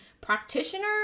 practitioner